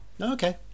Okay